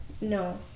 No